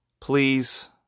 Please